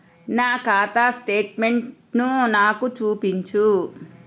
నా ఖాతా స్టేట్మెంట్ను నాకు చూపించు